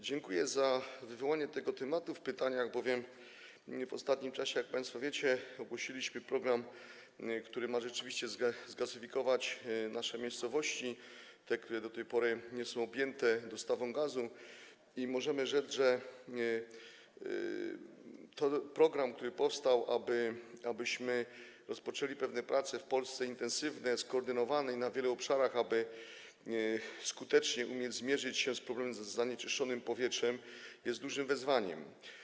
Dziękuję za wywołanie tego tematu w pytaniach, bowiem w ostatnim czasie, jak państwo wiecie, ogłosiliśmy program, który rzeczywiście ma zgazyfikować nasze miejscowości, te, które do tej pory nie są objęte dostawą gazu, i możemy rzec, że program, który powstał, abyśmy rozpoczęli pewne prace w Polsce, intensywne, skoordynowane i na wielu obszarach, aby skutecznie umieć zmierzyć się z problemem zanieczyszczonego powietrza, jest dużym wyzwaniem.